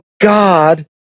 God